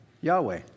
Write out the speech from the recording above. Yahweh